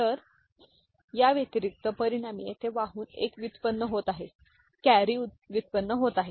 तर त्या व्यतिरिक्त परिणामी येथे वाहून एक व्युत्पन्न होते ठीक आहे